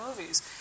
movies